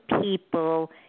people